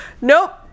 nope